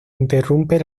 interrumpe